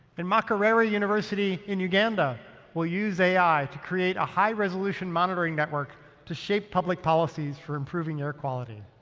and makerere university in uganda will use ai to create a high resolution monitoring network to shape public policies for improving air quality.